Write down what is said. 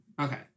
Okay